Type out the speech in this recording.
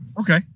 Okay